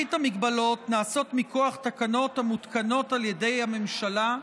מרבית המגבלות נעשות מכוח תקנות המותקנות על ידי הממשלה,